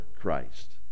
Christ